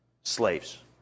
slaves